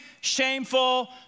shameful